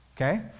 Okay